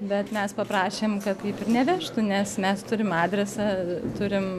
bet mes paprašėme kad kaip ir nevežtų nes mes turim adresą turim